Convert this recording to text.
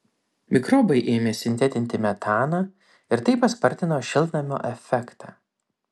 mikrobai ėmė sintetinti metaną ir tai paspartino šiltnamio efektą